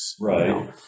Right